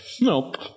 Nope